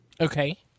Okay